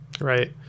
Right